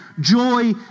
joy